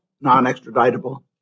non-extraditable